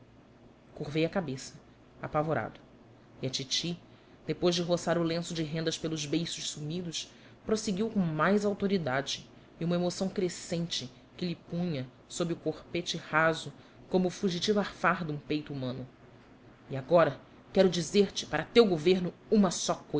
cão curvei a cabeça apavorado e a titi depois de roçar o lenço de rendas pelos beiços sumidos prosseguiu com mais autoridade e uma emoção crescente que lhe punha sob o corpete raso como o fugitivo arfar de um peito humano e agora quero dizer-te para teu governo uma